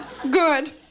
Good